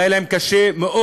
אבל היה להם קשה מאוד